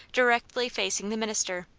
directly facing the minister.